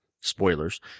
spoilers